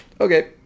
Okay